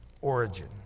origin